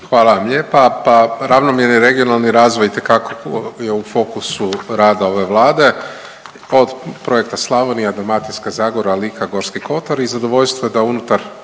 Hvala vam lijepa. Pa ravnomjerni regionalni razvoj itekako je u fokusu rada ove Vlade od projekta Slavonija, Dalmatinska zagora, Lika, Gorski kotar i zadovoljstvo je da unutar